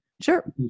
Sure